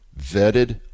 vetted